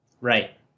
Right